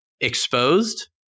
Exposed